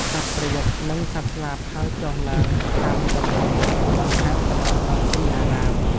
សត្វព្រាប និងសត្វស្លាបហើរចុះឡើងតាមដំបូលវត្ត បន្ថែមសម្រស់ដល់ទីអារាម។